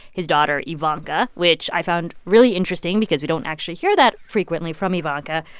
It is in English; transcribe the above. his daughter ivanka, which i found really interesting because we don't actually hear that frequently from ivanka.